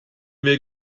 wir